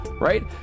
right